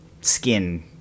skin